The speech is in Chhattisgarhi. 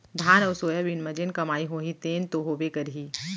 धान अउ सोयाबीन म जेन कमाई होही तेन तो होबे करही